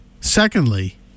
secondly